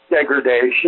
degradation